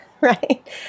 right